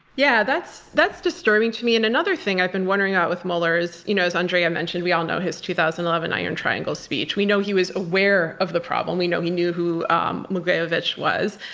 yeah, that's that's disturbing to me, and another thing i've been wondering about with mueller is, you know as andrea mentioned, we all know his two thousand and eleven iron triangle speech. we know he was aware of the problem. we know he knew who um mogilevich was.